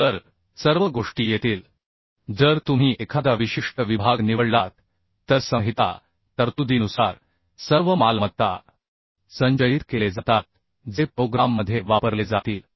तर सर्व गोष्टी येतील जर तुम्ही एखादा विशिष्ट विभाग निवडलात तर संहिता तरतुदीनुसार सर्व मालमत्ता संचयित केले जातात जे प्रोग्राममध्ये वापरले जातील